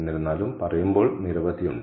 എന്നിരുന്നാലും പറയുമ്പോൾ നിരവധി ഉണ്ട്